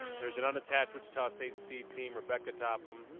there's an unattached wichita state c team rebekah topham,